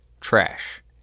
trash